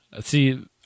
see